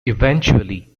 eventually